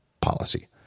policy